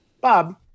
Bob